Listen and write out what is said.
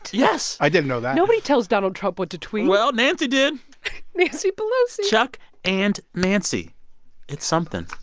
yes i didn't know that nobody tells donald trump what to tweet well, nancy did nancy pelosi chuck and nancy it's something.